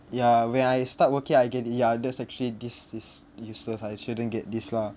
ya when I start working I get it ya that's actually this is useless I shouldn't get this lah